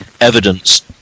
evidence